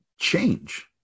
change